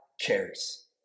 cares